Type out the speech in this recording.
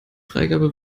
freigabe